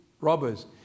robbers